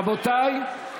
רבותיי,